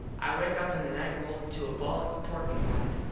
i wake up in the nite rolled into a ball like a porkypine.